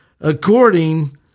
according